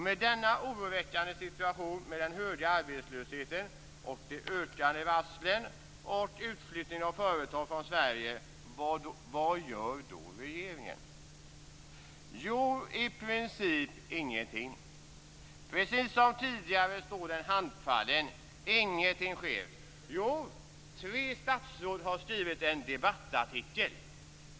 Med denna oroväckande situation, med den höga arbetslösheten, de ökande varslen och utflyttningen av företag från Sverige - vad gör då regeringen? Jo, i princip ingenting. Precis som tidigare står den handfallen. Ingenting sker. Jo, tre statsråd har skrivit en debattartikel.